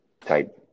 type